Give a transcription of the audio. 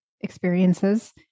experiences